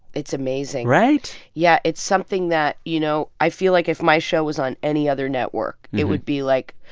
it's amazing right? yeah. it's something that you know, i feel like if my show was on any other network, it would be like,